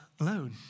alone